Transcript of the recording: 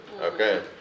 okay